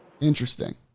Interesting